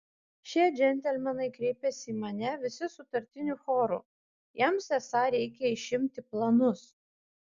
šie džentelmenai kreipėsi į mane visi sutartiniu choru jiems esą reikia išimti planus